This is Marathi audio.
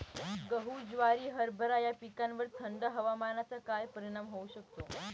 गहू, ज्वारी, हरभरा या पिकांवर थंड हवामानाचा काय परिणाम होऊ शकतो?